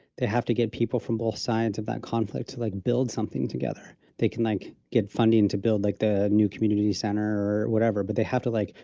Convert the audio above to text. they have to get people from both sides of that conflict to like, build something together. they can like get funding to build like the new community center, or whatever. but they have to, like,